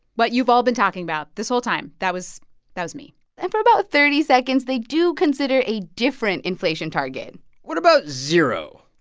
what you've all been talking about this whole time, that was that was me and for about thirty seconds, they do consider a different inflation target what about zero?